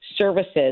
services